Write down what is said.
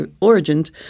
origins